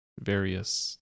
various